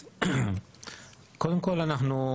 קודם כל אנחנו,